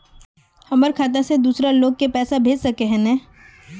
हमर खाता से दूसरा लोग के पैसा भेज सके है ने?